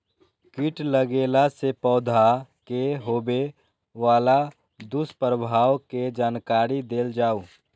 कीट लगेला से पौधा के होबे वाला दुष्प्रभाव के जानकारी देल जाऊ?